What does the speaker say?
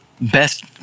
Best